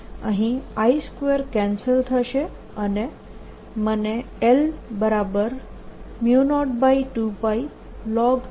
અહીં I2 cancel થશે અને મને L02πln મળે છે